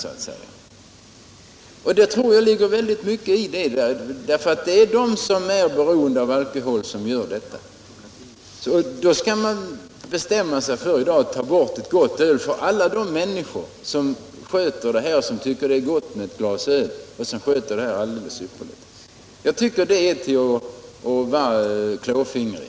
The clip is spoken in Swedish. Jag tror att det ligger mycket i detta. Det är de som är beroende av alkohol som gör så. Därför vill man ta bort ett gott öl för alla de människor som sköter detta alldeles ypperligt och som tycker att det är gott med ett glas öl. Det är att vara klåfingrig.